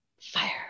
Fire